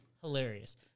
hilarious